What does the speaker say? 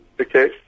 Okay